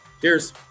Cheers